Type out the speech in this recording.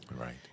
Right